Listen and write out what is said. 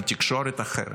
עם תקשורת אחרת,